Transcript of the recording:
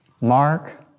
mark